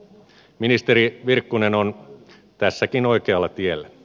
ministeri virkkunen on tässäkin oikealla tiellä